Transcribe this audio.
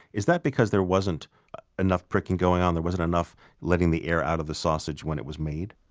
is that because there wasn't enough pricking going on there wasn't enough letting the air out of the sausage when it was made?